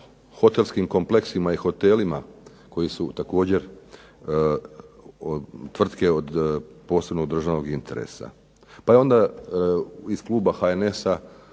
hotelskim kompleksima i hotelima koji su također tvrtke od posebnog državnog interesa, pa je onda iz Kluba HNS-a